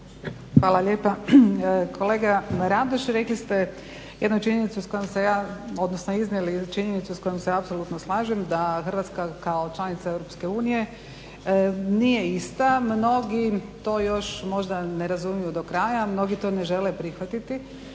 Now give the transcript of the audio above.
Hvala lijepa. Kolega Radoš rekli ste jednu činjenicu s kojom se ja, odnosno iznijeli činjenicu s kojom se apsolutno slažem da Hrvatska kao članica EU nije ista. Mnogi to još možda ne razumiju do kraja, mnogi to ne žele prihvatiti